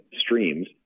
streams